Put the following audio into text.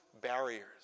barriers